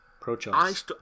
Pro-choice